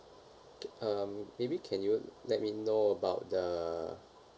K um maybe can you let me know about the